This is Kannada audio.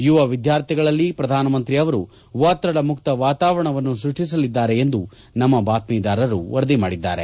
ಯುವ ವಿದ್ಯಾರ್ಥಿಗಳಲ್ಲಿ ಪ್ರಧಾನಮಂತ್ರಿ ಅವರು ಒತ್ತಡ ಮುಕ್ತ ವಾತಾವರಣವನ್ನು ಸೃಷ್ಟಿಸಲಿದ್ದಾರೆ ಎಂದು ನಮ್ಮ ಬಾತ್ತೀದಾರರು ವರದಿ ಮಾಡಿದ್ದಾರೆ